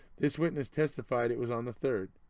this witness testified it was on the third